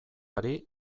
hari